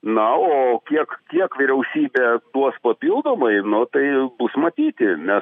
na o kiek tiek vyriausybė duos papildomai nu tai bus matyti nes